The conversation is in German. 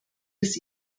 des